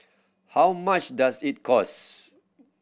how much does it cost